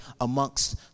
amongst